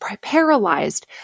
paralyzed